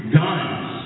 guns